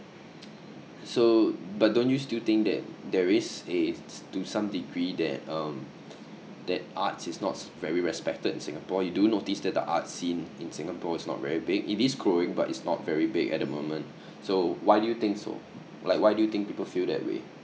so but don't you still think that there is a to some degree that um that arts is not very respected in singapore you do notice that the art scene in singapore is not very big it is growing but it's not very big at the moment so why do you think so like why do you think people feel that way